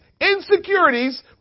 insecurities